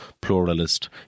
pluralist